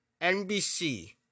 NBC